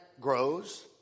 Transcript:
grows